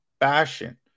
fashion